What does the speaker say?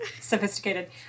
Sophisticated